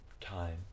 time